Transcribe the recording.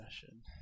session